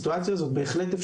למנוע את התפיחה שלהם,